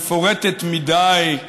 מפורטת מדי,